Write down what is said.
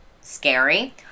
scary